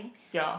ya